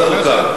זה בחוקה.